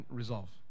resolve